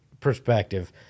perspective